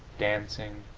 dancing,